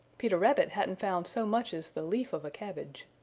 peter rabbit hadn't found so much as the leaf of a cabbage.